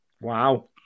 Wow